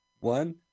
one